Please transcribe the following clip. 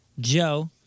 Joe